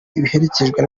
biherekejwe